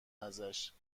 ازشاب